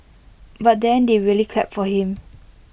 but then they really clapped for him